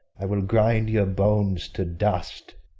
i will grind your bones to dust,